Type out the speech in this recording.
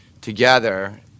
Together